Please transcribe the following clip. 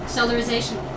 Solarization